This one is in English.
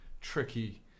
tricky